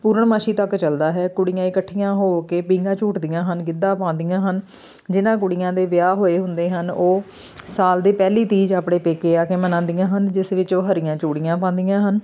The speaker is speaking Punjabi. ਪੂਰਨਮਾਸ਼ੀ ਤੱਕ ਚਲਦਾ ਹੈ ਕੁੜੀਆਂ ਇਕੱਠੀਆਂ ਹੋ ਕੇ ਪੀਘਾਂ ਝੂਟਦੀਆਂ ਹਨ ਗਿੱਧਾ ਪਾਉਂਦੀਆਂ ਹਨ ਜਿਨ੍ਹਾਂ ਕੁੜੀਆਂ ਦੇ ਵਿਆਹ ਹੋਏ ਹੁੰਦੇ ਹਨ ਉਹ ਸਾਲ ਦੇ ਪਹਿਲੀ ਤੀਜ਼ ਆਪਣੇ ਪੇਕੇ ਆ ਕੇ ਮਨਾਉਂਦੀਆਂ ਹਨ ਜਿਸ ਵਿੱਚ ਉਹ ਹਰੀਆਂ ਚੂੜੀਆਂ ਪਾਉਂਦੀਆਂ ਹਨ